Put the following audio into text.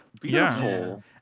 Beautiful